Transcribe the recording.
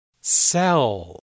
Cell